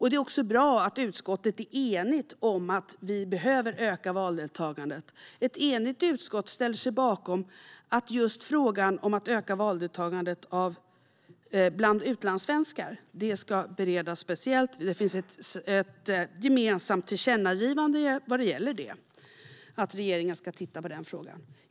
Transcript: Det är också bra att utskottet är enigt om att vi behöver öka valdeltagandet. Ett enigt utskott ställer sig bakom att just frågan om att öka valdeltagandet bland utlandssvenskar ska beredas speciellt. Det finns ett gemensamt tillkännagivande vad gäller att regeringen ska titta på den frågan.